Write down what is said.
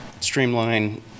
streamline